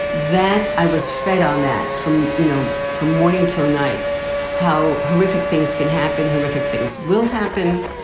that i was fed on that from, you know, from morning till night how horrific things can happen, horrific things will happen.